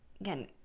again